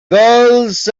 girls